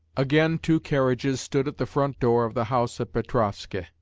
again two carriages stood at the front door of the house at petrovskoe.